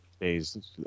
days